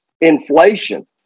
Inflation